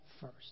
first